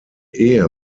ehe